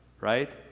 right